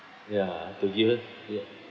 ya to here to